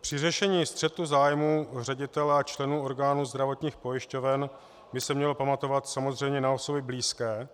Při řešení střetu zájmů ředitele a členů orgánů zdravotních pojišťoven by se mělo pamatovat samozřejmě na osoby blízké,